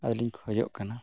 ᱟᱫᱚ ᱞᱤᱧ ᱠᱷᱳᱡᱚᱜ ᱠᱟᱱᱟ